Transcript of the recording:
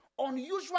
Unusual